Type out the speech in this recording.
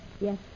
Yes